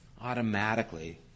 automatically